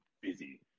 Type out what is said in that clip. busy